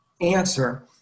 answer